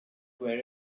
where